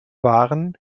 waren